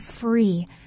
free